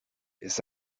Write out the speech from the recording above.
ist